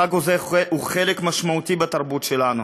החג הזה הוא חלק משמעותי בתרבות שלנו,